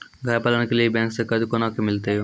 गाय पालन के लिए बैंक से कर्ज कोना के मिलते यो?